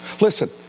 Listen